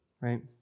right